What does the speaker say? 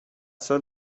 سال